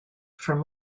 from